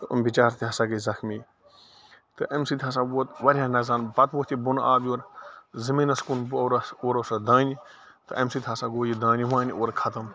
تہٕ یِم بِچار تہِ ہسا گٔے زخمی تہٕ اَمہِ سۭتۍ ہَسا ووت واریاہ نۄقصان پَتہٕ ووٚتھ یہِ بۄنہٕ آب یورٕ زٔمیٖنَس کُن اور ٲس اورٕ اوس اَتھ دانہِ تہٕ اَمہِ سۭتۍ ہسا گوٚو یہِ دانہِ وانہِ اورٕ ختم